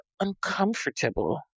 uncomfortable